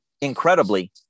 incredibly